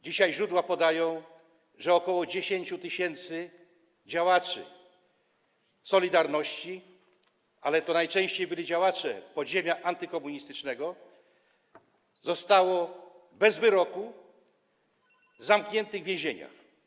Dzisiaj źródła podają, że ok. 10 tys. działaczy „Solidarności”, ale to najczęściej byli działacze podziemia antykomunistycznego, zostało bez wyroku zamkniętych w więzieniach.